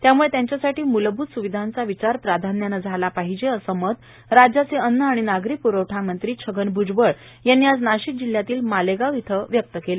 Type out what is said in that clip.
त्यामुळं त्यांच्यासाठी मुलभूत सुविधांचा विचार प्राधान्यानं झाला पाहिजे असं मत राज्याचे अन्न आणि नागरी प्रवठा मंत्री छगन भ्जबळ यांनी आज नाशिक जिल्ह्यातील मालेगाव इथं व्यक्त केलं